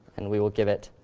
and we will give it